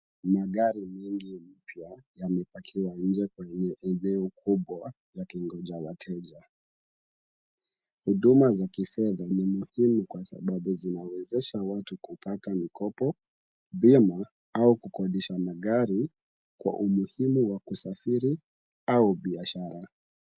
Magari mingi mpya yamepakiwa nje kwenye eneo kubwa yakingoja wateja , huduma za kifedha ni muhimu kwa sababu zinawezesha watu kupata mkopo vyema au kokodesha magari kwa umuhimu wa kusafiri au biashara.